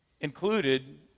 included